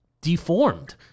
deformed